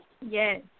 Yes